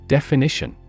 Definition